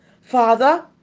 Father